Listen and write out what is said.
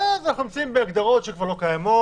ואז אנחנו נמצאים בהגדרות שכבר לא קיימות